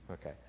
Okay